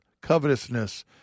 covetousness